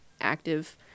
active